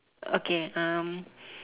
okay um